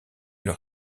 leur